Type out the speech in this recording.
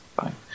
fine